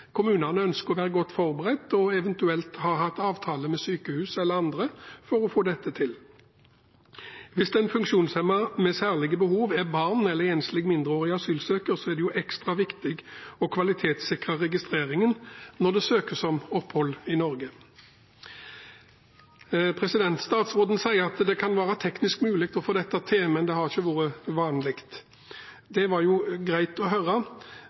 Kommunene ønsker å være godt forberedt og eventuelt ha avtale med sykehus eller andre for å få dette til. Hvis den funksjonshemmede med særlige behov er barn eller enslig mindreårig asylsøker, er det ekstra viktig å kvalitetssikre registreringen når det søkes om opphold i Norge. Statsråden sier at det kan være teknisk mulig å få dette til, men det har ikke vært vanlig. Det var greit å høre,